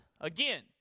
Again